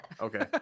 Okay